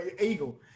Eagle